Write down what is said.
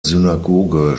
synagoge